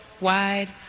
wide